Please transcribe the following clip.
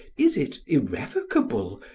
is it irrevocable?